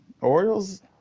Orioles